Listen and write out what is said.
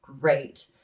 great